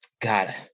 god